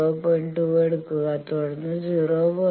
2 എടുക്കുക തുടർന്ന് 0